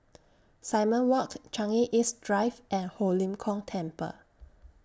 Simon Walk Changi East Drive and Ho Lim Kong Temple